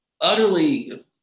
utterly